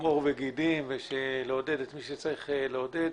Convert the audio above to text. עור וגידים ולעודד את מי שצריך לעודד.